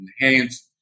enhanced